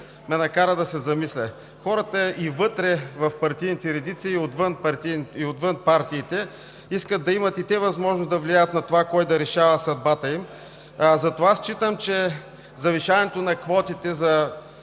ме накара да се замисля. Хората и вътре в партийните редици, и отвън партиите, искат да имат и те възможност да влияят на това кой да решава съдбата им, затова считам, че завишаването на квотите за